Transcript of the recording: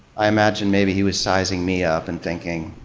i imagine maybe he was sizing me up and thinking,